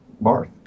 Barth